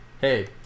Hey